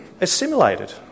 assimilated